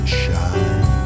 shine